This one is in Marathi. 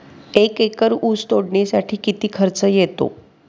एक एकर ऊस तोडणीसाठी किती खर्च येतो?